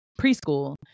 preschool